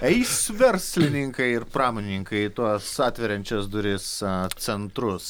eis verslininkai ir pramonininkai tuos atveriančias duris centrus